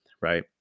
right